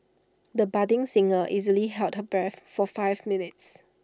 the budding singer easily held her breath for five minutes